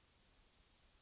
i sammanhanget.